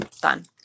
done